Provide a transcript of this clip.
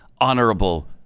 Honorable